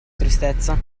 tristezza